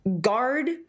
guard